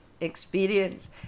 experience